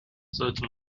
sollte